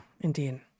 indeed